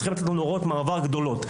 צריך לתת לנו הוראות מעבר גדולות.